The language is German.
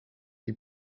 die